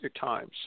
times